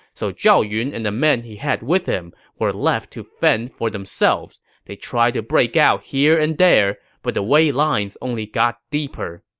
so zhao yun and the men he had with him were left to fend for themselves. they tried to break out here and there, but the wei lines only got deeper.